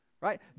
right